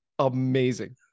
Amazing